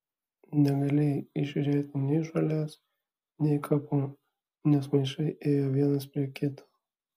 negalėjai įžiūrėti nei žolės nei kapų nes maišai ėjo vienas prie kito